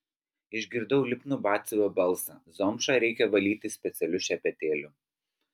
išgirdau lipnų batsiuvio balsą zomšą reikia valyti specialiu šepetėliu